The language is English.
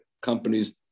companies